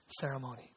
ceremony